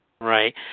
Right